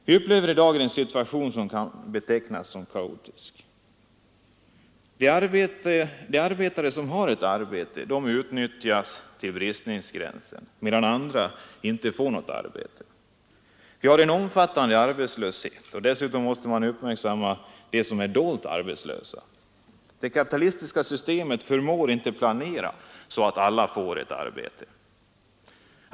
Vi upplever dagens situation som kaotisk. De arbetare som har ett arbete utnyttjas till bristningsgränsen, medan andra inte får något arbete. Vi har en omfattande arbetslöshet, och dessutom måste man uppmärksamma de många som är dolt arbetslösa.